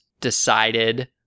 decided